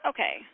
Okay